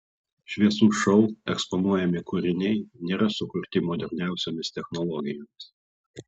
šviesų šou eksponuojami kūriniai nėra sukurti moderniausiomis technologijomis